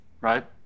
right